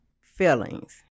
feelings